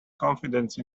confidence